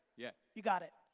yeah. you got it.